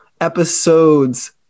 episodes